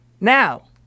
Now